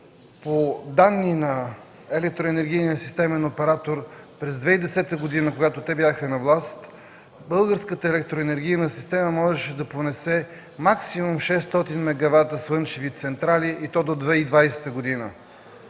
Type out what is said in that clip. по данни на електроенергийния системен оператор през 2010 г., когато те бяха на власт, българската електроенергийна система можеше да понесе максимум 600 мегавата слънчеви централи, и то до 2020 г.